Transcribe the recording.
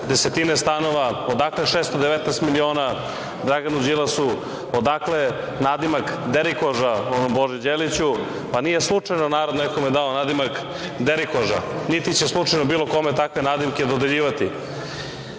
desetine stanova, odakle 619 miliona Draganu Đilasu, odakle nadimak „derikoža“, onom Boži Đeliću? Pa nije slučajno narod nekome dao nadimak „derikoža“, niti će slučajno bilo kome takve nadimke dodeljivati. Lepo